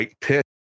pit